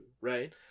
Right